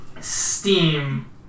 steam